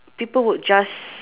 people would just